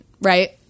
right